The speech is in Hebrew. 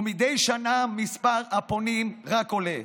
ומדי שנה מספר הפונים רק עולה.